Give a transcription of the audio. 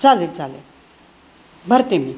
चालेल चालेल भरते मी